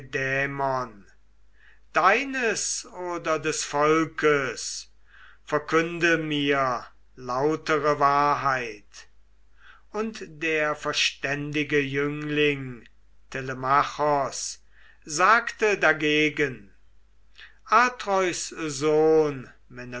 deines oder des volks verkünde mir lautere wahrheit und der verständige jüngling telemachos sagte dagegen atreus sohn